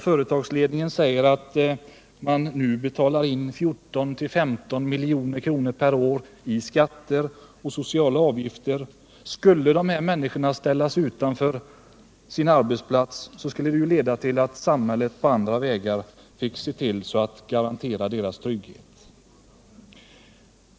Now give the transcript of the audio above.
Företagsledningen säger att man nu betalar in 14 å 15 milj.kr. per år i skatter och sociala avgifter. Skulle dessa människor ställas utan arbete fick samhället på andra vägar garantera deras trygghet.